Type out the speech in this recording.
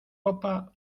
popa